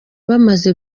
bamaze